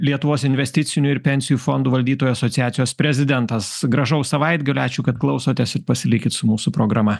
lietuvos investicinių ir pensijų fondų valdytojų asociacijos prezidentas gražaus savaitgalio ačiū kad klausotės ir pasilikit su mūsų programa